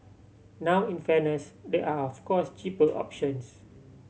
now in fairness there are of course cheaper options